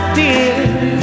dear